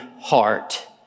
heart